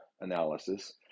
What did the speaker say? analysis